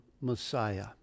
Messiah